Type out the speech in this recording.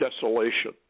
desolation